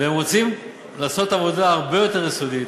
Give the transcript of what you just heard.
והם רוצים לעשות עבודה הרבה יותר יסודית,